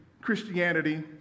Christianity